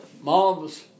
mom's